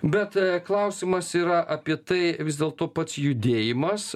bet klausimas yra apie tai vis dėlto pats judėjimas